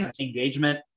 Engagement